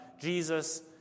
Jesus